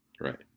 Right